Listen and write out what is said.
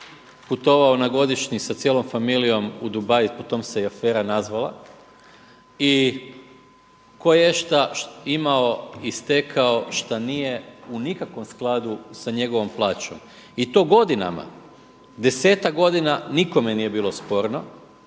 putovao na godišnji sa cijelom familijom u Dubai, po tome se i afera nazvala. I koješta imao i stekao šta nije u skladu s njegovom plaćom. I to godinama. Desetak godina nikome nije bilo sporno.